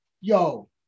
Yo